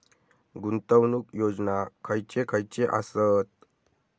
गुंतवणूक योजना खयचे खयचे आसत?